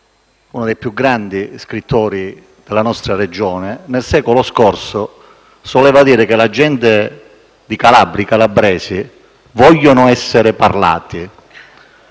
uno dei più grandi scrittori della nostra Regione, Corrado Alvaro, nel secolo scorso soleva dire che la gente di Calabria, i calabresi «vogliono essere parlati».